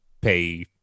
pay